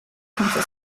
თუმცა